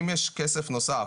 אם יש כסף נוסף,